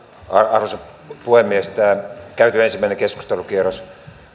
arvoisa puhemies tämä käyty ensimmäinen keskustelukierros